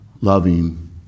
loving